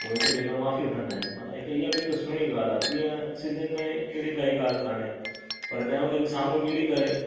उहो हिक ॿिए खां माफ़ी वठंदा आहिनि मना हिक इहा बि सुहिणी ॻाल्हि आहे तीअं सिंधीयुनि में अहिड़ी काई ॻाल्हि कोन्हे पर तंहिं हूंदे बि साम्हूं मिली करे